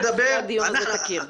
אחרי הדיון הזה תכיר.